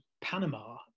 Panama